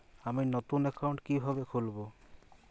আমি নতুন অ্যাকাউন্ট কিভাবে খুলব?